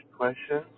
question